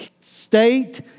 state